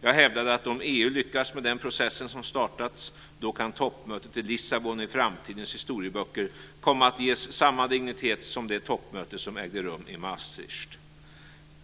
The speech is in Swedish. Jag hävdade att om EU lyckades med den process som startas kan toppmötet i Lissabon i framtidens historieböcker komma att ges samma dignitet som det toppmöte som ägde rum i